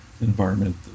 environment